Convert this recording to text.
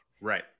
Right